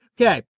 Okay